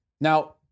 Now